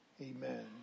amen